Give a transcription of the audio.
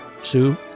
Sue